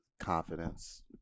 confidence